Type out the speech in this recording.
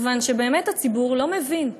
מכיוון שבאמת הציבור לא מבין,